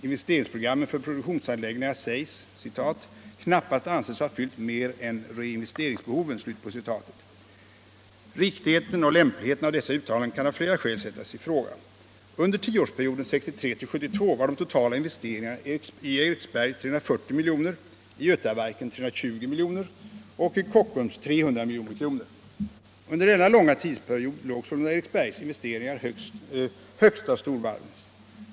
Investeringsprogrammen för produktionsanläggningarna sägs ”knappast anses ha fyllt mer än reinvesteringsbehoven”. Riktigheten och lämpligheten av dessa uttalanden kan av flera skäl sättas i fråga. Under tioårsperioden 1963-1972 var de totala investeringarna i Eriksberg 340 miljoner, i Götaverken 320 miljoner och Kockums 300 miljoner. Under denna långa tidsperiod låg sålunda Eriksbergs investeringar högst av storvarvens.